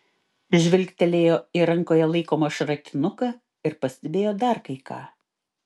žvilgtelėjo į rankoje laikomą šratinuką ir pastebėjo dar kai ką